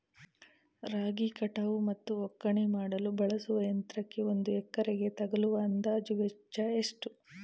ರಾಗಿ ಕಟಾವು ಮತ್ತು ಒಕ್ಕಣೆ ಮಾಡಲು ಬಳಸುವ ಯಂತ್ರಕ್ಕೆ ಒಂದು ಎಕರೆಗೆ ತಗಲುವ ಅಂದಾಜು ವೆಚ್ಚ ಎಷ್ಟು?